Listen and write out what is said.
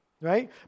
Right